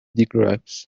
digraphs